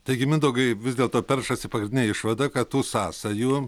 taigi mindaugai vis dėlto peršasi pagrindinė išvada kad tų sąsajų